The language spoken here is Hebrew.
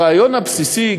הרעיון הבסיסי,